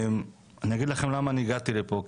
אני אגיד לך למה אני הגעתי לפה.